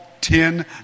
ten